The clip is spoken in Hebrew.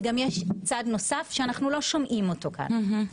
וגם יש צד נוסף שאנחנו לא שומעים אותו כאן.